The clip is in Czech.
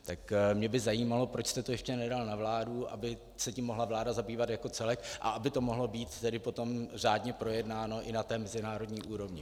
Tak mě by zajímalo, proč jste to ještě nedal na vládu, aby se tím mohla vláda zabývat jako celek a aby to mohlo být potom řádně projednáno i na mezinárodní úrovni.